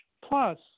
plus